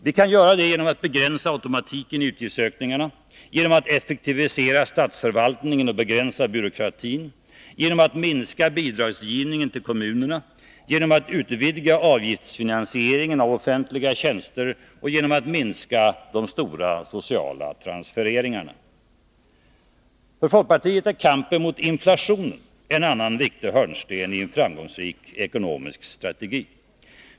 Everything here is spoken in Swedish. Vi kan göra det genom att begränsa automatiken i utgiftsökningarna, genom att effektivisera statsförvaltningen och begränsa byråkratin, genom att minska bidragsgivningen till kommunerna, genom att utvidga avgiftsfinansieringen av offentliga tjänster och genom att minska de stora sociala transfereringarna. För folkpartiet är kampen mot inflationen en annan viktig hörnsten i en framgångsrik ekonomisk strategi.